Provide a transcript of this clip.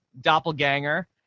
doppelganger